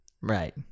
Right